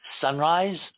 sunrise